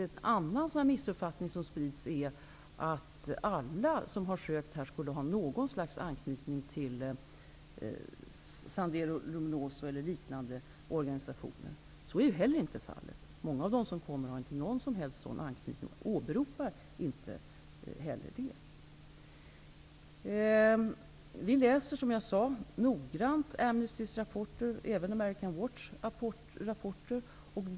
En annan missuppfattning som sprids är att alla som har sökt uppehållstillstånd skulle ha någon slags anknytning till Sendero Luminoso eller liknande organisationer. Så är inte heller fallet. Många av dem som kommer har inte någon som helst sådan anknytning och åberopar inte heller det. Vi läser, som jag sade, noggrant Amnestys rapporter och även America's Watch rapporter.